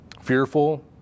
fearful